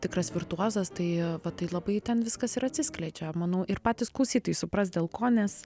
tikras virtuozas tai va tai labai ten viskas ir atsiskleidžia manau ir patys klausytojai supras dėl ko nes